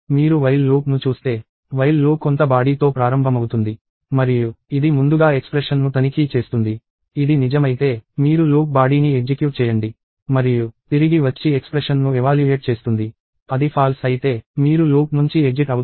మీరు while లూప్ను చూస్తే while లూప్ కొంత బాడీ తో ప్రారంభమవుతుంది మరియు ఇది ముందుగా ఎక్స్ప్రెషన్ ను తనిఖీ చేస్తుంది ఇది నిజమైతే మీరు లూప్ బాడీని ఎగ్జిక్యూట్ చేయండి మరియు తిరిగి వచ్చి ఎక్స్ప్రెషన్ ను ఎవాల్యుయేట్ చేస్తుంది అది ఫాల్స్ అయితే మీరు లూప్ నుంచి ఎగ్జిట్ అవుతారు